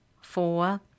four